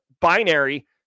binary